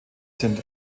sind